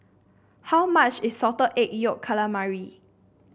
how much is Salted Egg Yolk Calamari